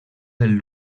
del